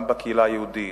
גם בקהילה היהודית,